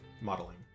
modeling